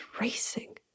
racing